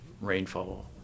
rainfall